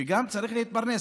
שגם צריכים להתפרנס.